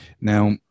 Now